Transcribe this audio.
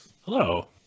Hello